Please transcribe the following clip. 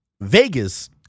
Vegas